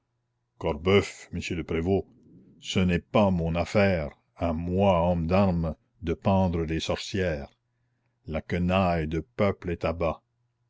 corboeuf monsieur le prévôt ce n'est pas mon affaire à moi homme d'armes de pendre les sorcières la quenaille de peuple est